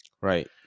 right